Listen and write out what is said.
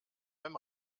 beim